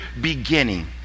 beginning